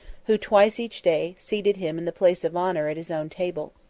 who, twice each day, seated him in the place of honor at his own table.